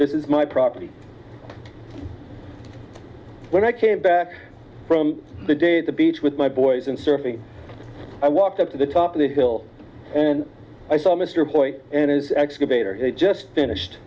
this is my property when i came back from the day the beach with my boys and surfing i walked up to the top of the hill and i saw mr point and his excavator had just finished